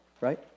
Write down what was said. right